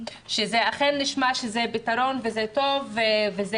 שזה אכן נשמע שזה פתרון וזה טוב וזה